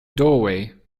doorway